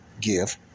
give